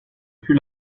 fut